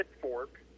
fork